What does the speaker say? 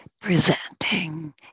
presenting